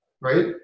Right